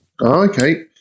Okay